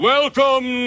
Welcome